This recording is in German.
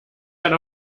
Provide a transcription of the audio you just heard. dann